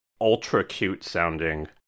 ultra-cute-sounding